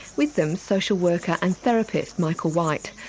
with them, social worker and therapist michael white,